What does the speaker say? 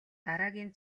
дараагийн